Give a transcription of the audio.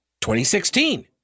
2016